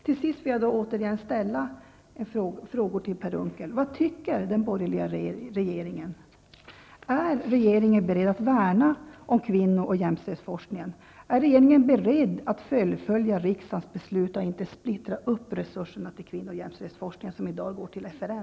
Till sist vill jag återigen ställa frågor till Per Unckel. Vad tycker den borgerliga regeringen? Är regeringen beredd att värna kvinno och jämställdhetsforskningen? Är regeringen beredd att fullfölja riksdagens beslut, och inte splittra upp resurserna till kvinno och jämställdhetsforskningen som i dag går till FRN?